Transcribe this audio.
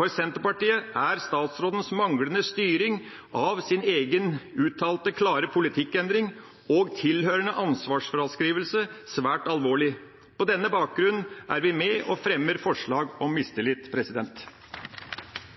For Senterpartiet er statsrådens manglende styring av sin egen uttalte klare politikkendring og tilhørende ansvarsfraskrivelse svært alvorlig. På denne bakgrunn er vi med og fremmer forslag om mistillit.